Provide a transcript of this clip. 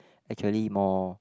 actually more